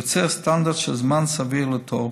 יוצר סטנדרט של זמן סביר לתור